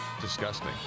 disgusting